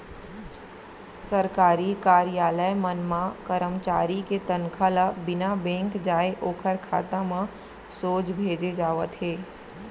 सरकारी कारयालय मन म करमचारी के तनखा ल बिना बेंक जाए ओखर खाता म सोझ भेजे जावत हे